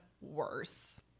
worse